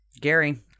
Gary